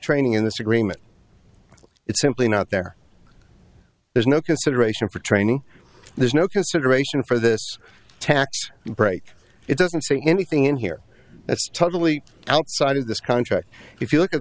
training in this agreement it's simply not there there's no consideration for training there's no consideration for this tax break it doesn't say anything in here that's totally outside of this contract if you look at